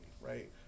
right